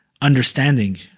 understanding